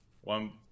One